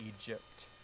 Egypt